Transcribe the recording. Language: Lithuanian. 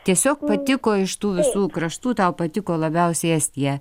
tiesiog patiko iš tų visų kraštų tau patiko labiausiai estija